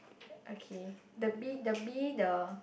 okay the bee the bee the